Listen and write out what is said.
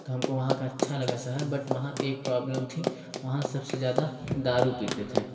तो हमको वहाँ का अच्छा लगा शहर बट वहाँ एक प्रॉबलम थी वहाँ सबसे ज़्यादा दारू पीते थे